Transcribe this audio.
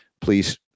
please